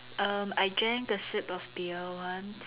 um I drank a sip of beer once